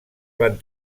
van